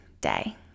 day